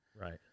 Right